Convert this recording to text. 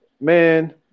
man